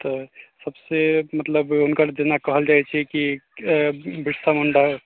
तऽ सबसँ मतलब हुनकर जेना कहल जाइ छै कि बिरसा मुण्डा